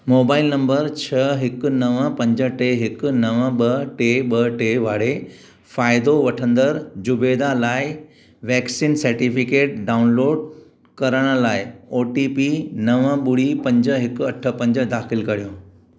mobile number छह हिकु नव पंज टे हिकु नव ॿ टे ॿ टे वारे फ़ाइदो वठंदड़ु जुबेदा लाइ वैक्सीन सर्टिफिकेट डाउनलोड करण लाइ ओ टी पी नव ॿुड़ी पंज हिकु अठ पंज दाख़िल करियो